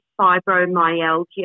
fibromyalgia